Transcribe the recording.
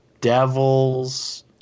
Devils